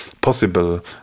possible